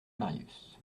marius